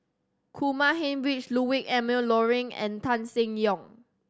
Kumar Heinrich Ludwig Emil Luering and Tan Seng Yong